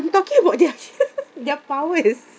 talking about their their powers